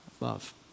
love